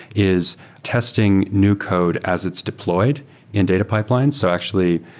is testing new code as it's deployed in data pipelines. so actually,